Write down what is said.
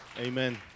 Amen